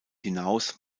hinaus